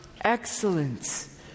Excellence